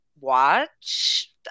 watch